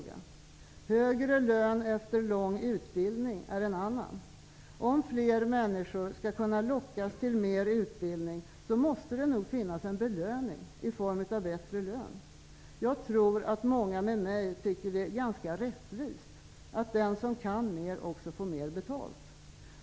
Frågan om högre lön efter lång utbildning är en annan. Om fler människor skall kunna lockas till mer utbildning måste det nog finnas en belöning i form av bättre lön. Jag tror att många med mig tycker att det är ganska rättvist att den som kan mer också får mer betalt.